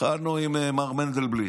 התחלנו עם מר מנדלבליט,